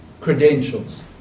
credentials